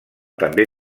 també